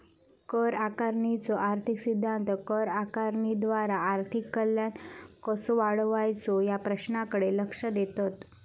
कर आकारणीचो आर्थिक सिद्धांत कर आकारणीद्वारा आर्थिक कल्याण कसो वाढवायचो या प्रश्नाकडे लक्ष देतत